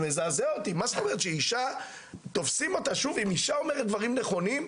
אם אישה אומרת דברים נכונים,